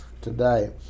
today